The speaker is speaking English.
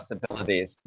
possibilities